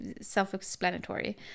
self-explanatory